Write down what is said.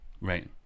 Right